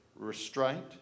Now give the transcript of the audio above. Restraint